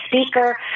speaker